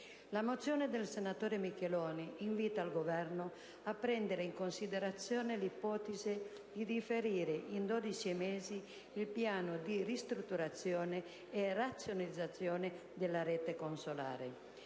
La mozione del senatore Micheloni invita il Governo a prendere in considerazione l'ipotesi di differire di 12 mesi il piano di ristrutturazione e razionalizzazione della rete consolare.